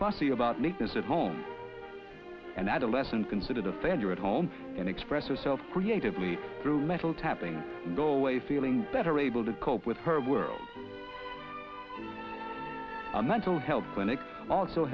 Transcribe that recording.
fussy about neatness at home an adolescent considered a failure at home and express herself creatively through metal tapping go away feeling better able to cope with her world a mental health clinic also